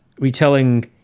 retelling